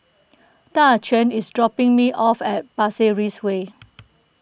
Daquan is dropping me off at Pasir Ris Way